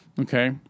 okay